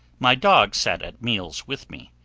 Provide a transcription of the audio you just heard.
my dog sat at meals with me,